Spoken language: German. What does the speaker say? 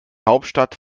hauptstadt